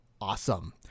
awesome